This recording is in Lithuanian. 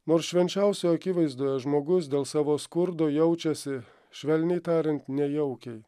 nors švenčiausio akivaizdoje žmogus dėl savo skurdo jaučiasi švelniai tariant nejaukiai